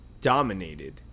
dominated